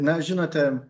na žinote